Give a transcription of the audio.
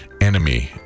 enemy